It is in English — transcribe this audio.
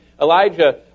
Elijah